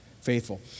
faithful